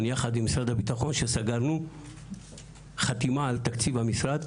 יחד עם משרד הביטחון שסגרנו חתימה על תקציב המשרד,